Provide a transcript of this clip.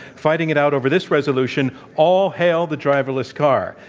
fighting it out over this resolution, all hail the driverless car.